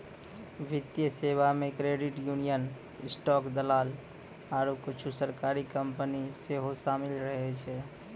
वित्तीय सेबा मे क्रेडिट यूनियन, स्टॉक दलाल आरु कुछु सरकारी कंपनी सेहो शामिल रहै छै